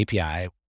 API